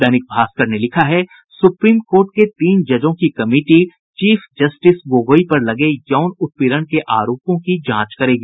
दैनिक भास्कर ने लिखा है सुप्रीम कोर्ट के तीन जजों की कमिटी चीफ जस्टिस गोगोई पर लगे यौन उत्पीड़न के आरोपों की जांच करेगी